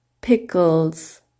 pickles